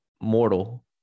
mortal